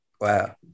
Wow